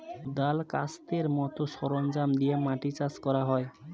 কোদাল, কাস্তের মত সরঞ্জাম দিয়ে মাটি চাষ করা হয়